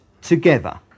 together